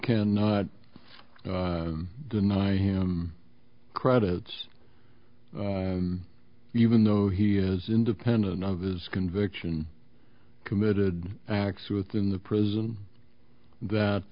cannot deny him credits even though he is independent of his conviction committed acts within the prison that